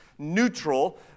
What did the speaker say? neutral